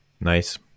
nice